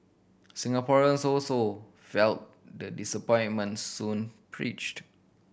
Singaporeans also felt the disappointment Soon preached